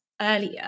earlier